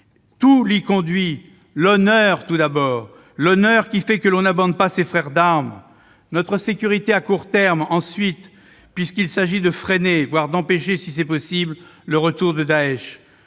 Tout l'y conduit : l'honneur, d'abord, qui fait que l'on n'abandonne pas ses frères d'armes ; notre sécurité à court terme, ensuite, puisqu'il s'agit de freiner, voire d'empêcher, si c'est possible, le retour de Daech